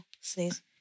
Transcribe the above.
sneeze